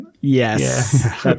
Yes